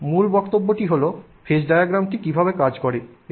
তবে মুল বক্তব্যটি হল ফেজ ডায়াগ্রামটি কীভাবে কাজ করে